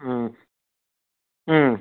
ம் ம்